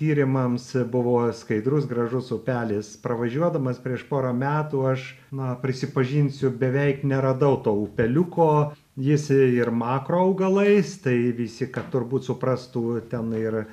tyrimams buvo skaidrus gražus upelis pravažiuodamas prieš porą metų aš na prisipažinsiu beveik neradau to upeliuko jis ir makroaugalais tai visi kad turbūt suprastų ten ir